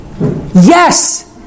Yes